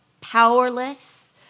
powerless